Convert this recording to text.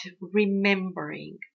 remembering